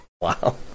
Wow